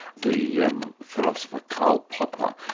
the um philosopher karl popper,